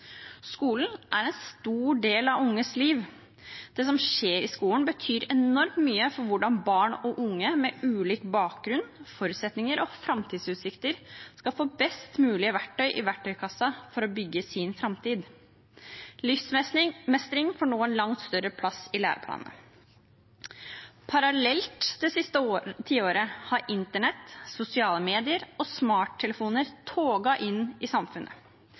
Skolen er en stor del av de unges liv. Det som skjer i skolen, betyr enormt mye for hvordan barn og unge med ulik bakgrunn, ulike forutsetninger og framtidsutsikter skal få best mulig verktøy i verktøykassa for å bygge sin framtid. Livsmestring får nå en langt større plass i læreplanene. Parallelt det siste tiåret har internett, sosiale medier og smarttelefoner toget inn i samfunnet.